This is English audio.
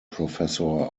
professor